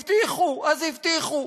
הבטיחו, אז הבטיחו.